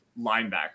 linebacker